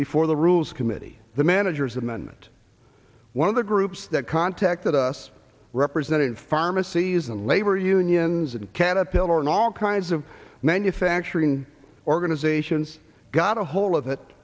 before the rules committee the manager's amendment one of the groups that contacted us represented pharmacies and labor unions and caterpillar and all kinds of manufacturing organizations got a whole of it